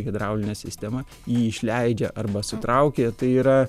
hidraulinė sistema jį išleidžia arba sutraukia tai yra